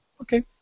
Okay